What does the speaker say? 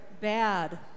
bad